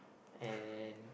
and